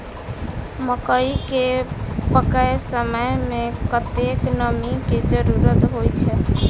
मकई केँ पकै समय मे कतेक नमी केँ जरूरत होइ छै?